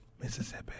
Mississippi